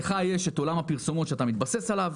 לך יש עולם הפרסומות שאתה מתבסס עליו,